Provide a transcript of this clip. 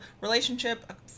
relationship